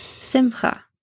Simcha